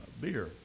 Beer